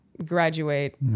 graduate